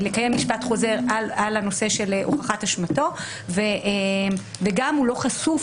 לקיים משפט חוזר על הנושא של הוכחת אשמתו וגם הוא לא חשוף,